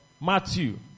Matthew